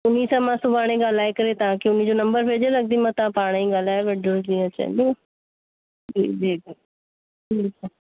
उन सां सुभाणे ॻाल्हाए करे मां के उनजो नंबर भेजे रखंदी तव्हां पाण ॻाल्हाए वठिजो जीअं चईंदव जी जी ठीकु आहे